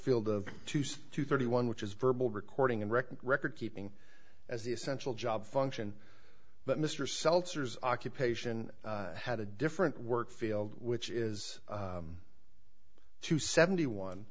field of two thirty one which is verbal recording and record record keeping as the essential job function but mr seltzer's occupation had a different work field which is to seventy one